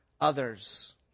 others